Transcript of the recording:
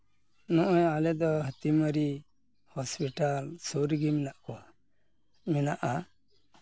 ᱱᱚᱜᱼᱚᱸᱭ ᱟᱞᱮ ᱫᱚ ᱦᱟᱹᱛᱤᱢᱟᱹᱨᱤ ᱥᱩᱨ ᱨᱮᱜᱮ ᱢᱮᱱᱟᱜ ᱠᱚᱣᱟ ᱢᱮᱱᱟᱜᱼᱟ